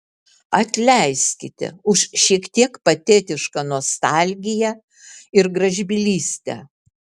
atleiskite už šiek tiek patetišką nostalgiją ir gražbylystę